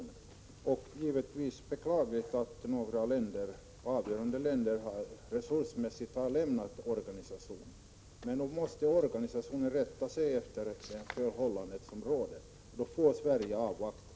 Det är naturligtvis beklagligt att några resursmässigt mycket betydelsefulla länder har lämnat organisationen, men nog måste UNESCO rätta sig efter de förhållanden som råder. Då får Sverige avvakta.